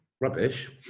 rubbish